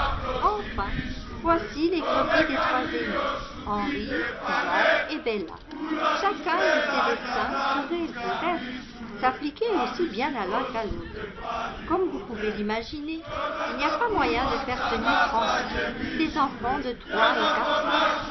enfin voici les croquis des trois aînés henry jean et bella chacun de ces dessins pourrait du reste s'appliquer aussi bien à l'un qu'à l'autre comme vous pouvez l'imaginer il n'y a pas moyen de faire tenir tranquilles des enfants de trois et quatre ans